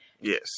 Yes